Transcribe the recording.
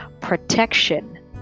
protection